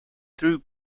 through